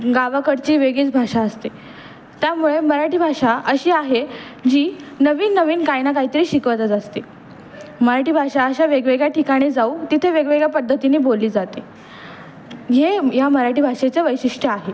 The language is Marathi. गावाकडची वेगळीच भाषा असते त्यामुळे मराठी भाषा अशी आहे जी नवीन नवीन काय ना काहीतरी शिकवतच असते मराठी भाषा अशा वेगवेगळ्या ठिकाणी जाऊ तिथे वेगवेगळ्या पद्धतीनी बोलली जाते हे या मराठी भाषेचं वैशिष्ट्य आहे